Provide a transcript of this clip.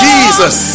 Jesus